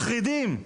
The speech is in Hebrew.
מחרידים.